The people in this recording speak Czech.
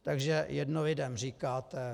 Takže jedno lidem říkáte.